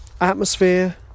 atmosphere